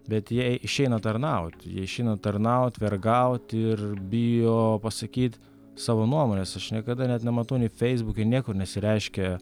bet jie išeina tarnaut jie išeina tarnaut vergaut ir bijo pasakyt savo nuomonės aš niekada net nematau nei feisbuke niekur nesireiškia